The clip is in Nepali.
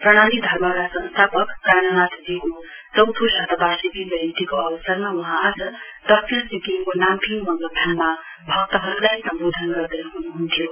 प्रणामी धर्मका संस्थापक प्राण नाथ जी को चौथो शतवार्षिकी जयन्तीको अवसरमा वहाँ आज दक्षिण सिक्किमको नाम्फिङ मंगलधाममा भक्तहरुलाई सम्वोधन गर्दै हुनुहुन्थ्यो